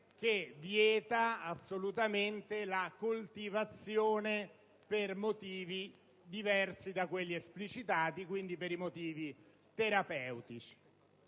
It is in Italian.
che vieta assolutamente la coltivazione per motivi diversi da quelli esplicitati, compresi i motivi terapeutici.